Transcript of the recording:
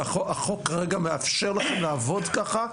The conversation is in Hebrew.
והחוק מאפשר לכם לעבוד ככה כרגע?